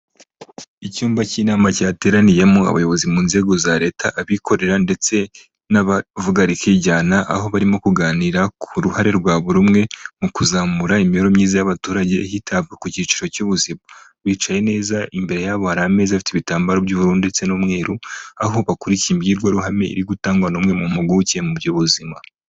Icyumba cy'inama cyateraniyemo abayobozi mu nzego za leta, abikorera ndetse n'abavuga rikijyana, aho barimo kuganira ku ruhare rwa buri umwe mu kuzamura imibereho myiza y'abaturage hitabwa ku cyiciro cy'ubuzima. Bicaye neza, imbere yabo hari ameza abafite ibitambaro by'uburu ndetse n'umweru, aho bakurikiye imbwirwaruhame iri gutangwa n'umwe mu mpuguke mu by'ubuzima.